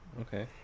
Okay